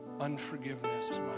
unforgiveness